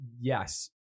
Yes